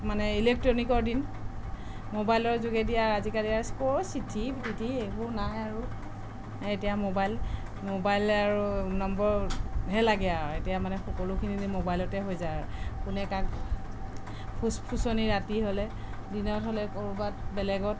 মানে ইলেট্ৰ'নিকৰ দিন ম'বাইলৰ যোগেদি আজিকালি আৰু ক'ৰ চিঠি টিটি এইবোৰ নাই আৰু এতিয়া ম'বাইল ম'বাইলে আৰু নম্বৰহে লাগে আৰু এতিয়া মানে সকলোখিনি ম'বাইলতে হৈ যায় আৰু কোনে কাক ফুচফুচনি ৰাতি হ'লে দিনত হ'লে ক'ৰবাত বেলেগত